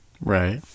Right